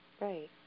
Right